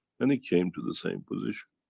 and it came to the same position.